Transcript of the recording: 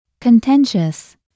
Contentious